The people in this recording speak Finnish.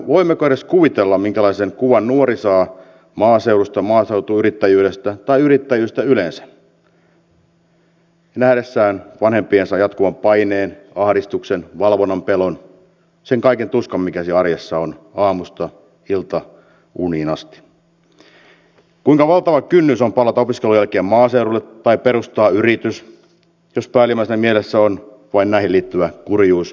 voimmeko edes kuvitella minkälaisen kuvan nuori saa maaseudusta maaseutuyrittäjyydestä tai yrittäjyydestä yleensä nähdessään vanhempiensa jatkuvan paineen ahdistuksen valvonnan pelon sen kaiken tuskan mikä siellä arjessa on aamusta iltauniin asti kuinka valtava kynnys on palata opiskelujen jälkeen maaseudulle tai perustaa yritys jos päällimmäisenä mielessä on vain näihin liittyvä kurjuus ja epätoivo